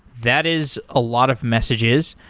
that is a lot of messages.